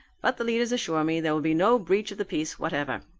but the leaders assure me there will be no breach of the peace whatever.